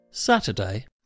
Saturday